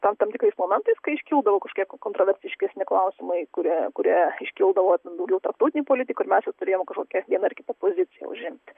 tam tam tikrais momentais kai iškildavo kažkokie kontroversiškesni klausimai kurie kurie iškildavo daugiau tarptautinėj politikoj ir mes jau turėjom kožkokią vieną ar kitą poziciją užimti